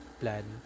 plan